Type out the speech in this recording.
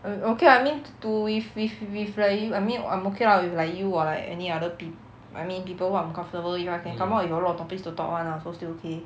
um okay I mean to with with with r~ I mean I'm okay lah with like you or like any other pe~ I mean people who I'm comfortable with I can come out with a lot of topics to talk one hour so still okay